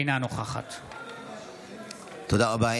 אינה נוכחת תודה רבה.